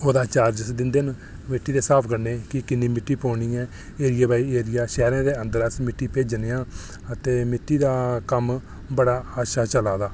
ओह्दा चार्जेस दिंदे न ते मिट्टी दे स्हाब कन्नै कि किन्नी मिट्टी पौनी ऐ एरिया बाय एरिया अस शैह्रें दे बिच मिट्टी भेजने आं ते मिट्टी दा कम्म बड़ा अच्छा चला दा